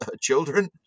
children